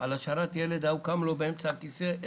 על השארת ילד במכונית וקם באמצע התספורת,